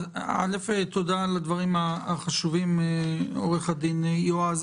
תודה על הדברים החשובים, עו"ד יועז.